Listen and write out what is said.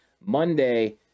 monday